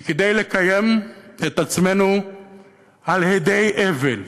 כדי לקיים את עצמנו על אדי הבל,